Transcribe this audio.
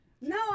no